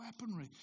weaponry